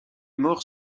morts